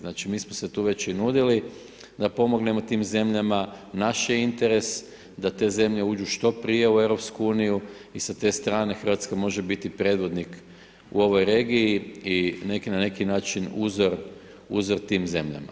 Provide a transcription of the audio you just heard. Znači mi smo se tu već i nudili da pomognemo tim zemljama, naš je interes da te zemlje uđu što prije u EU i sa te strane Hrvatska može biti predvodnik u ovoj regiji i na neki način uzor tim zemljama.